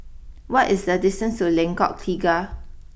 what is the distance to Lengkok Tiga